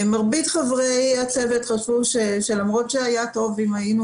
מרבית חברי הצוות חשבו שלמרות שהיה טוב אם היינו